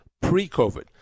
pre-COVID